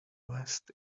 west